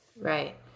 right